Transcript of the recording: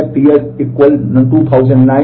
इसलिए करें